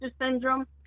syndrome